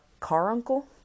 caruncle